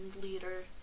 leader